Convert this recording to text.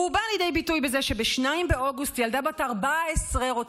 הוא בא לידי ביטוי בזה שב-2 באוגוסט ילדה בת 14 רוצה